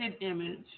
image